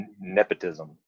nepotism